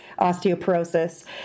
osteoporosis